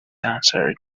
answered